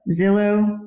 Zillow